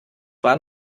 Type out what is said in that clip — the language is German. war